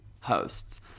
hosts